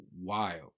wild